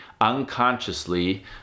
unconsciously